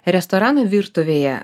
restorano virtuvėje